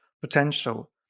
potential